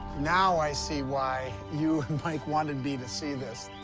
now i see why you and mike wanted me to see this.